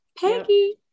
Peggy